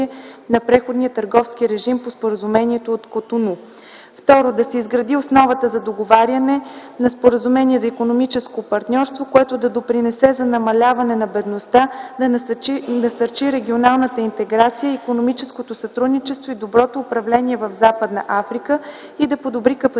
на преходния търговски режим по Споразумението от Котону; - да се изгради основата за договоряне на споразумение за икономическо партньорство, което да допринесе за намаляване на бедността, да насърчи регионалната интеграция, икономическото сътрудничество и доброто управление в Западна Африка и да подобри капацитета